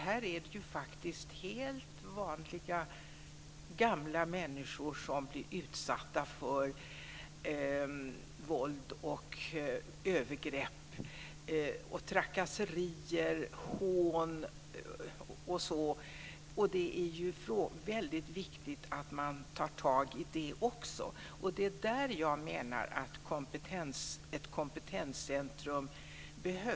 Här är det fråga om helt vanliga gamla människor som blir utsatta för våld, övergrepp, trakasserier och hån. Också detta måste man ta tag i. Det är därför som jag anser att det behövs ett kompetenscentrum.